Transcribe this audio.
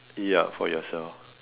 ya for yourself